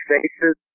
Faces